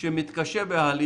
וזה חייב בדיקה,